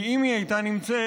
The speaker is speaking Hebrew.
כי אם היא הייתה נמצאת,